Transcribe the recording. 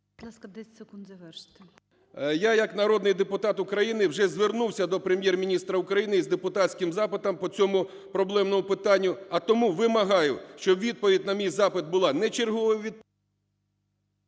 Я, як народний депутат України вже звернувся до Прем'єр-міністра України з депутатським запитом по цьому проблемному питанню. А тому вимагаю, щоб відповідь на мій запит була не черговим… ГОЛОВУЮЧИЙ.